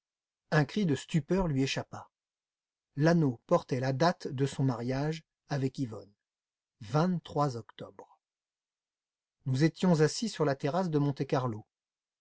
un cri de stupeur lui échappa l'anneau portait la date de son mariage avec yvonne vingt-trois octobre nous étions assis sur la terrasse de monte-carlo